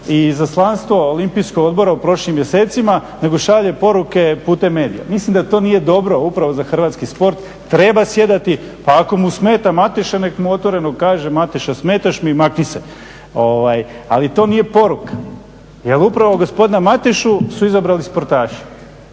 i izaslanstvo Olimpijskog odbora u prošlim mjesecima nego šalje poruke putem medija. Mislim da to nije dobro upravo za hrvatski sport, treba sjedati, pa ako mu smeta Mateša, neka mu otvoreno kaže Mateša smetaš mi i makni se. Ali to nije poruka, jel upravo gospodina Matešu su izabrali sportaši.